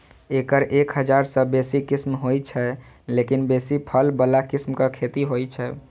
एकर एक हजार सं बेसी किस्म होइ छै, लेकिन बेसी फल बला किस्मक खेती होइ छै